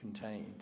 contained